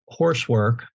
horsework